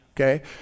Okay